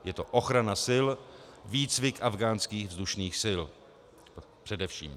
Je to ochrana sil, výcvik afghánských vzdušných sil, především.